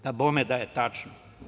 Dabome da je tačno.